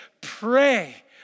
pray